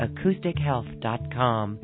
AcousticHealth.com